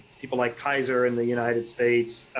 people like kaiser in the united states.